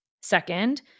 Second